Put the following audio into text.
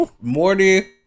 Morty